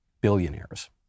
billionaires